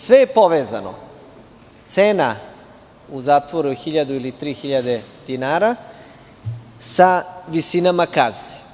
Sve je povezano, cena u zatvoru je 1.000 ili 3.000 dinara, sa visinama kazne.